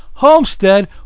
Homestead